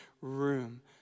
room